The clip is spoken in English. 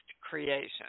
creation